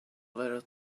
little